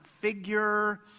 figure